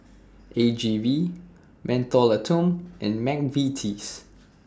A G V Mentholatum and Mcvitie's